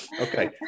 Okay